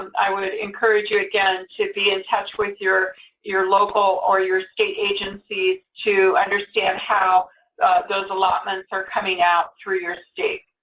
i would encourage you again to be in touch with your your local or your state agencies to understand how those allotments are coming out through your state.